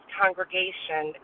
congregation